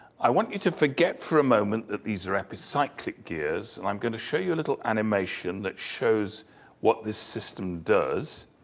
i want you to forget for a moment that these are epicyclic gears. and i'm gonna show you a little animation that shows what this system does.